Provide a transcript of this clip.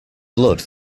blood